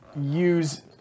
use